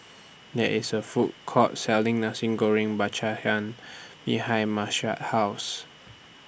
There IS A Food Court Selling Nasi Goreng Belacan behind Marsh's House